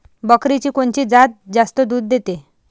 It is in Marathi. बकरीची कोनची जात जास्त दूध देते?